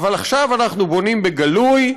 אבל עכשיו אנחנו בונים בגלוי.